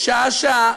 שעה-שעה,